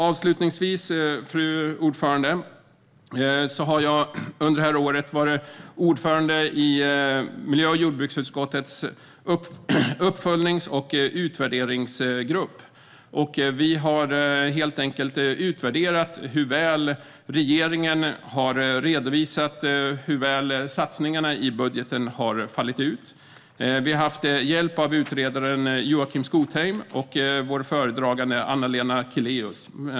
Avslutningsvis: Jag har under det här året varit ordförande i miljö och jordbruksutskottets uppföljnings och utvärderingsgrupp. Vi har utvärderat hur väl regeringen har redovisat hur satsningarna i budgeten har fallit ut. Vi har i detta arbete haft hjälp av utredaren Joakim Skotheim och vår föredragande Anna-Lena Kileus.